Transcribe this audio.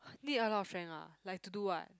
need a lot of friend ah like to do what